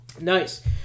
Nice